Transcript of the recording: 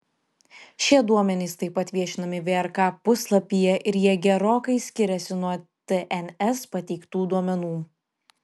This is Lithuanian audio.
šie duomenys taip pat viešinami vrk puslapyje ir jie gerokai skiriasi nuo tns pateiktų duomenų